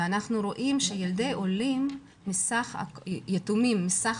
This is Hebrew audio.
אנחנו רואים שילדי עולים יתומים מסך